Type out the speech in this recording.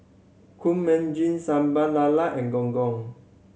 Kueh Manggis Sambal Lala and Gong Gong